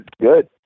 good